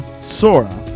Sora